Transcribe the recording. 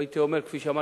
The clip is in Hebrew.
כפי שאמרתי,